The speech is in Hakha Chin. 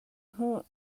hmuh